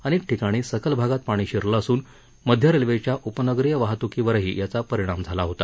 अनेक ठिकाणी सखल भागात पाणी शिरलं असून मध्य रेल्वेच्या उपनगरी वाहतुकीवर परिणाम झाला आहे